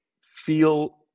feel